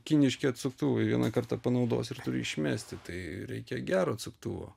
kiniški atsuktuvai vieną kartą panaudosi ir turi išmesti tai reikia gero atsuktuvo